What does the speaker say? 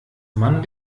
man